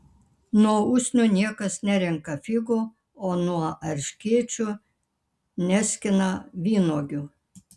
nuo usnių niekas nerenka figų o nuo erškėčių neskina vynuogių